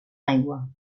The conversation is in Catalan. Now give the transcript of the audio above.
aigua